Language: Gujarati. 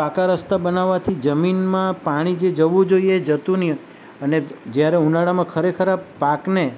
પાકા રસ્તા બનાવવાથી જમીનમાં પાણી જે જવું જોઈએ એ જતું નહીં અને જયારે ઉનાળામાં ખરેખર આ પાકને